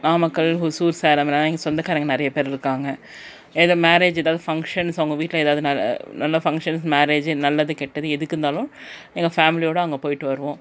நாமக்கல் ஒசூர் சேலம்லாம் எங்க சொந்தகாரர்க நிறைய பேர் இருக்காங்க ஏதோ மேரேஜ் ஏதாவது ஃபங்ஷன்ஸ் அவங்க வீட்டில் ஏதாவுது ந நல்ல ஃபங்ஷன்ஸ் மேரேஜு நல்லது கெட்டது எதுக்கு இருந்தாலும் எங்கள் ஃபேம்லியோடு அங்கே போய்ட்டு வருவோம்